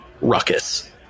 ruckus